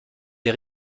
des